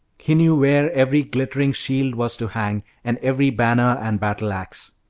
he knew where every glittering shield was to hang, and every banner and battle-axe.